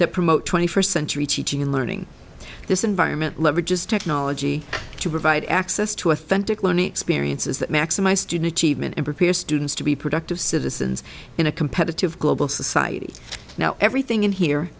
that promote twenty first century teaching and learning this environment leverage is technology to provide access to authentic learning experiences that maximize student prepare students to be productive citizens in a competitive global society now everything in here